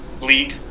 league